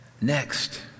Next